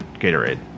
gatorade